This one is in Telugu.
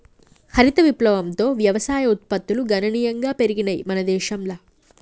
హరిత విప్లవంతో వ్యవసాయ ఉత్పత్తులు గణనీయంగా పెరిగినయ్ మన దేశంల